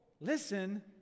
Listen